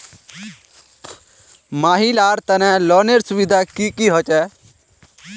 महिलार तने लोनेर सुविधा की की होचे?